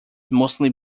mostly